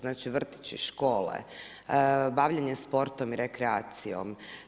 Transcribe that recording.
Znači vrtići, škole, bavljenje sportom i rekreacijom.